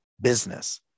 business